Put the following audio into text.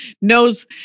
knows